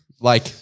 Like-